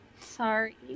Sorry